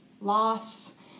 loss